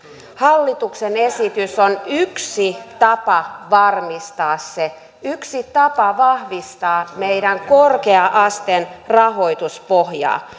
hallituksen esitys on yksi tapa varmistaa se yksi tapa vahvistaa meidän korkea asteemme rahoituspohjaa